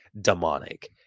demonic